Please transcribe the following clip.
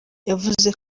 yavuze